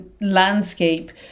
landscape